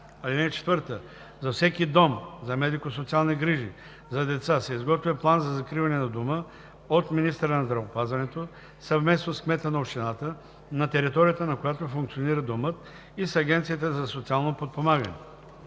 подпомагане. (4) За всеки дом за медико-социални грижи за деца се изготвя план за закриване на дома от министъра на здравеопазването съвместно с кмета на общината, на територията на която функционира домът, и с Агенцията за социално подпомагане.